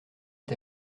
est